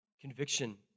conviction